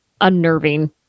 unnerving